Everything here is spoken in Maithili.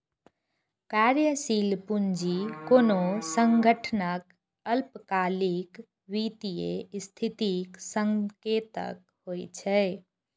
कार्यशील पूंजी कोनो संगठनक अल्पकालिक वित्तीय स्थितिक संकेतक होइ छै